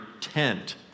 tent